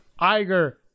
Iger